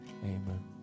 amen